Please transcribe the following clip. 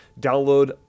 download